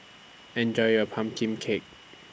Enjoy your Pumpkin Cake